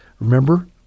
Remember